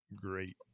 great